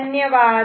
धन्यवाद